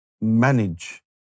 manage